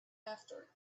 after